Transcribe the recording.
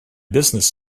business